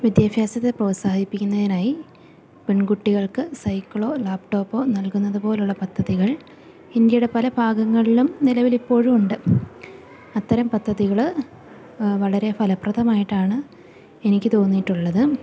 വിദ്യാഭ്യാസത്തെ പ്രോത്സാഹിപ്പിക്കുന്നതിനായി പെൺകുട്ടികൾക്ക് സൈക്കിളോ ലാപ്ടോപ്പോ നൽകുന്നത് പോലുള്ള പദ്ധതികൾ ഇന്ത്യയുടെ പല ഭാഗങ്ങളിലും നിലവിലിപ്പോഴും ഉണ്ട് അത്തരം പദ്ധതികള് വളരെ ഫലപ്രദമായിട്ടാണ് എനിക്ക് തോന്നിയിട്ടുള്ളത്